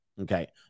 Okay